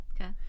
Okay